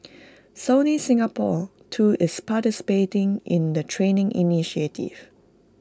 Sony Singapore too is participating in the training initiative